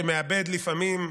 שמאבד לפעמים,